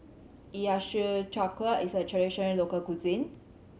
Hiyashi Chuka is a traditional local cuisine